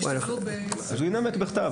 אז הוא ינמק בכתב.